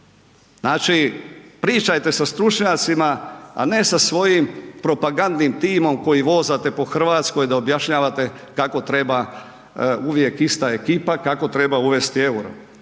Znači, pričajte sa stručnjacima, a ne sa svojim propagandnim timom koji vozate po Hrvatskoj da objašnjavate kako treba, uvijek ista ekipa, kako treba uvesti EUR-o.